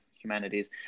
humanities